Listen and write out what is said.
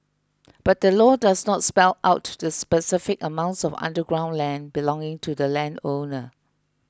but the law does not spell out to the specific amounts of underground land belonging to the landowner